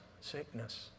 sickness